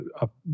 up